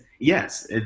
yes